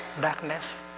darkness